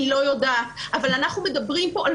אני לא יודעת אבל אנחנו מדברים כאן על